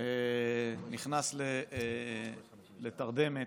נכנס לתרדמת.